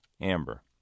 Amber